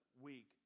week